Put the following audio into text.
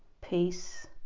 peace